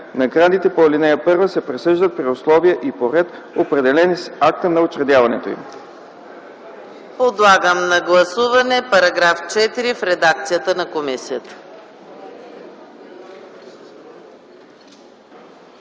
Наградите по ал. 1 се присъждат при условие и по ред, определени с акта за учредяването им.”